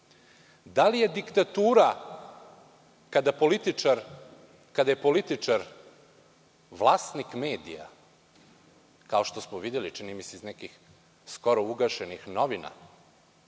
li je diktatura kada je političar vlasnik medija, kao što smo videli iz nekih skoro ugašenih novina?